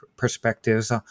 perspectives